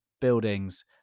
buildings